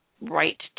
right